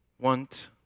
want